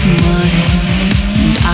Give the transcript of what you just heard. mind